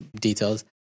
details